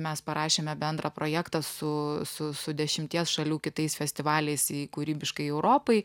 mes parašėme bendrą projektą su su su dešimties šalių kitais festivaliais į kūrybiškai europai